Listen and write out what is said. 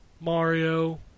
Mario